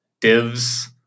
divs